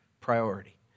priority